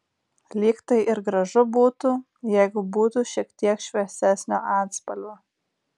lyg tai ir gražu būtų jeigu būtų šiek tiek šviesesnio atspalvio